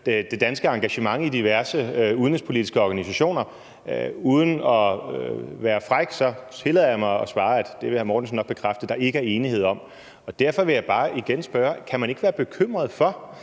det danske engagement i diverse udenrigspolitiske organisationer. Uden at være fræk tillader jeg mig at svare, at det vil hr. Mortensen nok bekræfte at der ikke er enighed om. Og derfor vil jeg bare igen spørge: Kan man ikke være bekymret for,